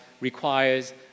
requires